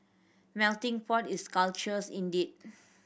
melting pot is cultures indeed